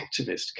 activist